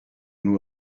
and